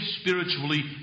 spiritually